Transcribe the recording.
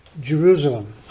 jerusalem